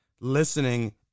listening